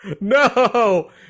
No